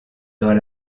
dans